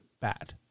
bad